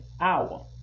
hour